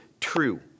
true